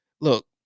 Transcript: look